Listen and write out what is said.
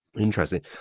Interesting